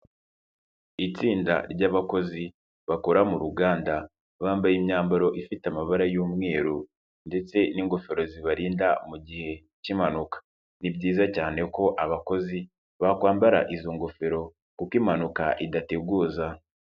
Itsinda ry'abakozi bakora mu ruganda, bambaye imyambaro ifite amabara y'umweru ndetse n'ingofero zibarinda mu gihe cy'impanuka. Ni byiza cyane ko abakozi bakwambara izo ngofero kuko impanuka idateguza.